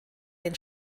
den